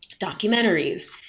documentaries